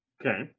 Okay